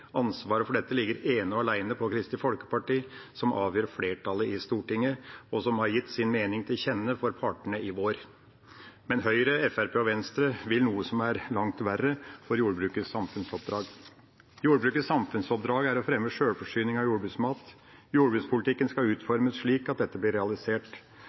Ansvaret for dette ligger ene og alene på Kristelig Folkeparti, som avgjør flertallet i Stortinget, og som har gitt sin mening til kjenne for partene i vår. Men Høyre, Fremskrittspartiet og Venstre vil noe som er langt verre for jordbrukets samfunnsoppdrag. Jordbrukets samfunnsoppdrag er å fremme sjølforsyning av jordbruksmat. Jordbrukspolitikken skal utformes slik at dette blir realisert.